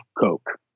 Coke